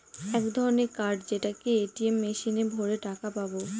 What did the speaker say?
এক ধরনের কার্ড যেটাকে এ.টি.এম মেশিনে ভোরে টাকা পাবো